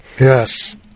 Yes